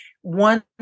one